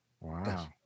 Wow